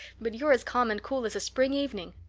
but you're as calm and cool as a spring evening.